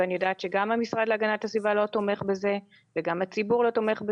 אני יודעת שגם המשרד להגנת הסביבה וגם הציבור לא תומכים בזה.